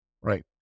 right